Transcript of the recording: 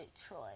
Troy